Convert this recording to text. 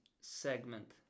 segment